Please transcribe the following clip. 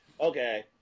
Okay